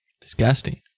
disgusting